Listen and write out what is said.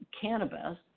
cannabis